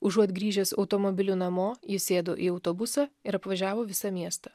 užuot grįžęs automobiliu namo jis sėdo į autobusą ir apvažiavo visą miestą